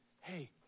Hey